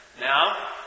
Now